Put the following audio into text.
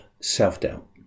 self-doubt